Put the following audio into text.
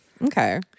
Okay